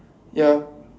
ya